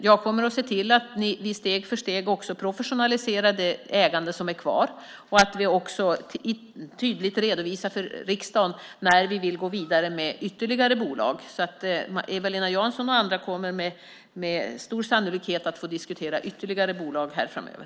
Jag kommer att se till att vi steg för steg också professionaliserar det statliga ägande som är kvar och att vi tydligt redovisar för riksdagen när vi vill gå vidare med ytterligare bolag, så Eva-Lena Jansson och andra kommer med stor sannolikhet att få diskutera ytterligare bolag här framöver.